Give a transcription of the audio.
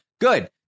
good